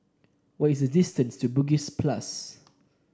what is the distance to Bugis Plus